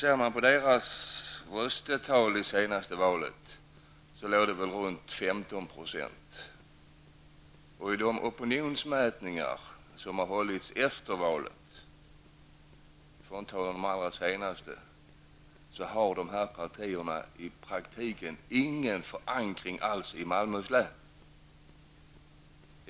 Dessa partiers röstetal i det senaste valet var ungefär 15 %. De opinionsmätningar som har hållits efter valet visar att dessa partier i praktiken inte har någon förankring alls i Malmöhus län.